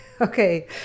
okay